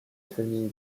famille